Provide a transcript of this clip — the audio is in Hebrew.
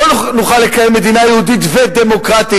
לא נוכל לקיים מדינה יהודית ודמוקרטית,